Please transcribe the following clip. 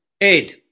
Ed